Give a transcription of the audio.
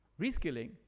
reskilling